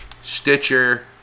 Stitcher